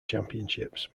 championships